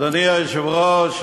תודה רבה.